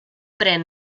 pren